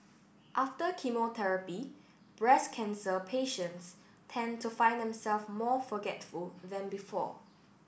after chemotherapy breast cancer patients tend to find themselves more forgetful than before